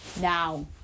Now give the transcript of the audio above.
now